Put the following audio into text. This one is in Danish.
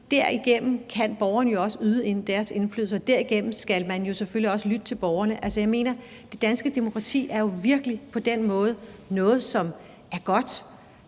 Derigennem kan borgerne jo også gøre deres indflydelse gældende, og derigennem skal man jo selvfølgelig også lytte til borgerne. Altså, jeg mener, at det danske demokrati på den måde jo virkelig er noget, som er godt,